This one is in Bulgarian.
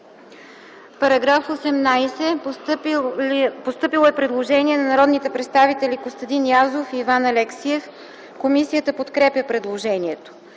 По § 15 е постъпило предложение от народните представители Костадин Язов и Иван Алексиев. Комисията подкрепя предложението.